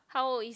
how old is